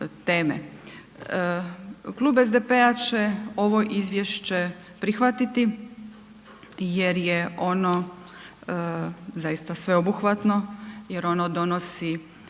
Klub SDP-a će ovo izvješće prihvatiti jer je ono zaista sveobuhvatno jer ono donosi